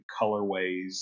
colorways